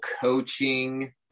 Coaching